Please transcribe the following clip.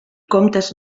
comptes